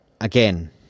again